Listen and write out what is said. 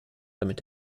damit